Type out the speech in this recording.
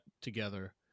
together